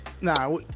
Nah